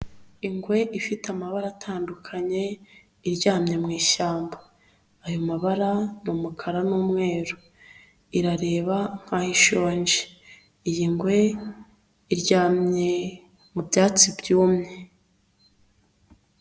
Ingwe ifite amabara atandukanye iryamye mu ishyamba; ayo mabara umukara n'umweru irareba nkayishonje. Iyi ngwe iryamye mu byatsi byumye.